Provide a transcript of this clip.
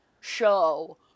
show